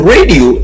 Radio